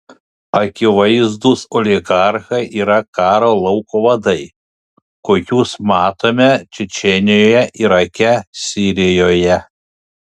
akivaizdūs oligarchai yra karo lauko vadai kokius matome čečėnijoje irake sirijoje